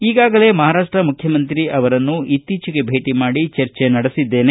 ಈಗಾಗಲೇ ಮಹಾರಾಷ್ಟ ಮುಖ್ಯಮಂತ್ರಿ ಅವರನ್ನು ಇತ್ತೀಚಿಗೆ ಭೇಟ ಮಾಡಿ ಚರ್ಚೆ ನಡೆಸಿದ್ದೇನೆ